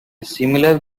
similar